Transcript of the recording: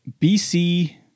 BC